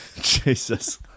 jesus